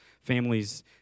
families